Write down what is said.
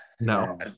No